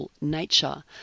nature